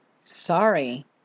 sorry